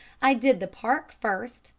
i did the park first,